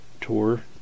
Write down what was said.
tour